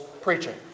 preaching